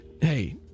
Hey